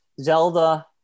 zelda